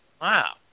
Wow